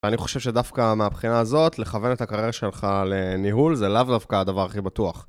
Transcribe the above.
אני חושב שדווקא מהבחינה הזאת, לכוון את הקריירה שלך לניהול זה לאו דווקא הדבר הכי בטוח.